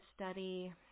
study